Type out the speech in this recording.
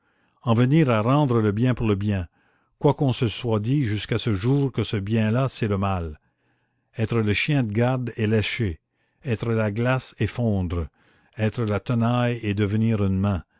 en venir à rendre le bien pour le bien quoiqu'on se soit dit jusqu'à ce jour que ce bien là c'est le mal être le chien de garde et lécher être la glace et fondre être la tenaille et devenir une main